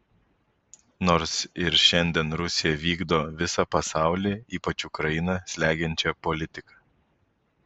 nors ir šiandien rusija vykdo visą pasaulį ypač ukrainą slegiančią politiką